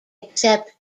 except